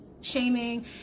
shaming